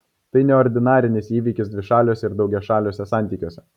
tai neordinarinis įvykis dvišaliuose ir daugiašaliuose santykiuose